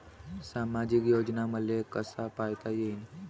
सामाजिक योजना मले कसा पायता येईन?